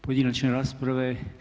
Pojedinačne rasprave.